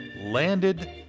landed